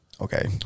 Okay